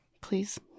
Please